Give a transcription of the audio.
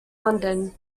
london